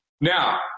now